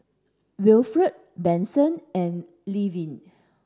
Winfred Benson and Levie